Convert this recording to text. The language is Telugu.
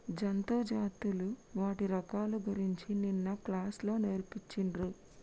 జంతు జాతులు వాటి రకాల గురించి నిన్న క్లాస్ లో నేర్పిచిన్రు